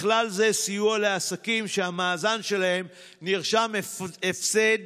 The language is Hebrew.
ובכלל זה סיוע לעסקים שבמאזן שלהם נרשם הפסד